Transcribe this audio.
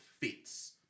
fits